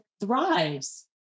thrives